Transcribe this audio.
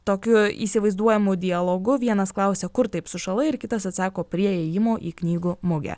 tokio įsivaizduojamu dialogu vienas klausia kur taip sušalai ir kitas atsako prie įėjimo į knygų mugę